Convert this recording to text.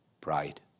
pride